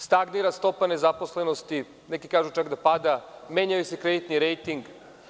Stagnira stopa nezaposlenosti, neki kažu da pada, menja se kreditni rejting.